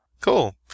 Cool